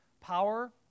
Power